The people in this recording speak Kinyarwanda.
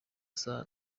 saa